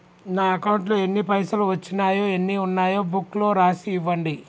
నా అకౌంట్లో ఎన్ని పైసలు వచ్చినాయో ఎన్ని ఉన్నాయో బుక్ లో రాసి ఇవ్వండి?